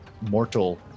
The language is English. mortal